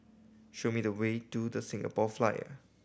show me the way to The Singapore Flyer